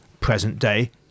present-day